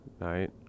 night